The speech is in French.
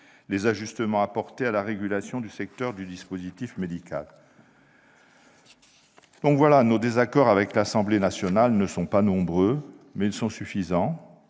les ajustements apportés à la régulation du secteur du dispositif médical ... Nos désaccords avec l'Assemblée nationale ne sont pas nombreux, mais ils sont suffisants.